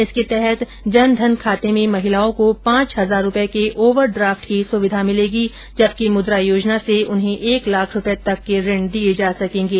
इसके तहत जनधन खाते में महिलाओं को पांच हजार रूपये के ओवर ड्राफ्ट की सुविधा मिलेगी जबकि मुद्रा योजना से उन्हें एक लाख रूपये तक के ऋण दिये जा सकेंगे